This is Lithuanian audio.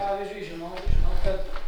pavyzdžiui žinau žinau kad